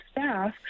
staff